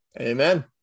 Amen